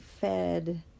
fed